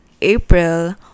April